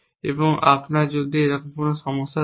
এবং আপনার যদি এমন একটি সমস্যা থাকে